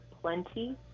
plenty